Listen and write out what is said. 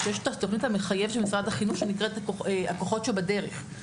שיש את התוכנית המחייבת של משרד החינוך שנקראת "הכוחות שבדרך",